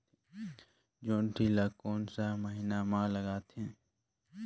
जोंदरी ला कोन सा महीन मां लगथे?